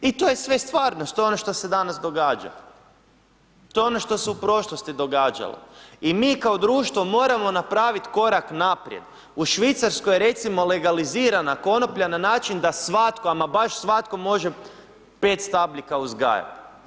I to je sve stvarnost, to je ono što se danas događa, to je ono što se u prošlosti događalo i mi kao društvo moramo napravit korak naprijed, u Švicarskoj je recimo legalizirana konoplja na način da svatko, ama baš svatko može 5 stabljika uzgajat.